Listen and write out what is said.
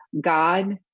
god